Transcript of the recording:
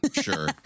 sure